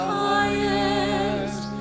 highest